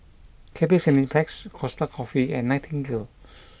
Cathay Cineplex Costa Coffee and Nightingale